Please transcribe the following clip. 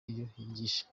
yigisha